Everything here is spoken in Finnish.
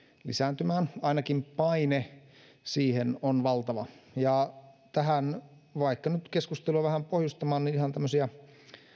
lisääntymään ainakin paine siihen on valtava ja vaikka nyt vähän keskustelua pohjustamaan ihan tämmöisiä